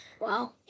Wow